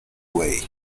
way